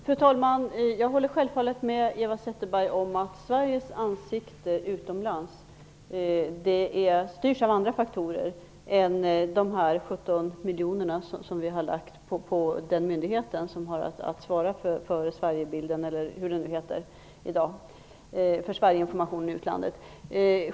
Fru talman! Jag håller självfallet med Eva Zetterberg om att Sveriges ansikte utomlands styrs av andra faktorer än de 17 miljoner som vi har lagt på den myndighet som har att svara för Sverigeinformationen i utlandet.